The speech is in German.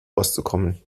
auszukommen